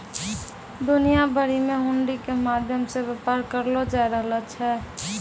दुनिया भरि मे हुंडी के माध्यम से व्यापार करलो जाय रहलो छै